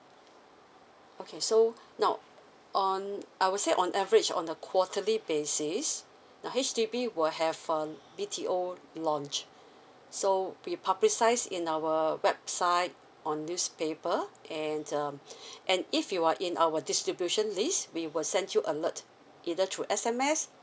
okay so now on I would say on average on a quarterly basis the H_D_B will have um B_T_O launch so we publicise in our website on newspaper and um and if you are in our distribution list we will send you alert either through S_M_S